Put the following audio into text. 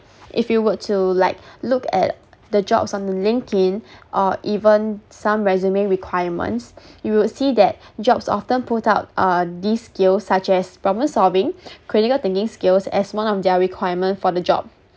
if you would to like look at the jobs on the linkedin or even some resume requirements you would see that jobs often put out uh these skills such as problem solving critical thinking skills as one of their requirement for the job